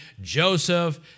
Joseph